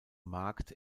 markt